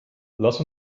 lass